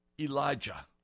Elijah